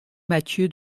matthieu